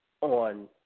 on